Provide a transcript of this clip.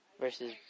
Versus